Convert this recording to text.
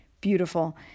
beautiful